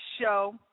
show